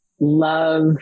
love